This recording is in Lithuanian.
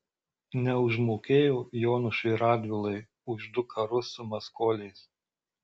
neužmokėjo jonušui radvilai už du karus su maskoliais